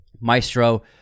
Maestro